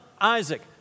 Isaac